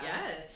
Yes